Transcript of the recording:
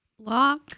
Lock